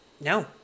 No